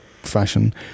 fashion